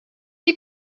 you